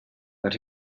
but